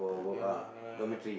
ya lah ya lah ya lah